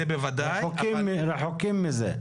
רחוקים מזה.